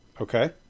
Okay